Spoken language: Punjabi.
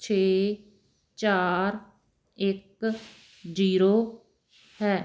ਛੇ ਚਾਰ ਇੱਕ ਜੀਰੋ ਹੈ